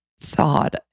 thought